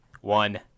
one